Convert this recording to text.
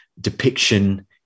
depiction